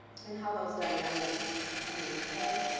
and how those dynamics come into play,